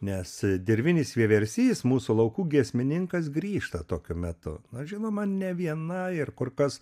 nes dirvinis vieversys mūsų laukų giesmininkas grįžta tokiu metu na žinoma ne viena ir kur kas